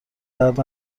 درد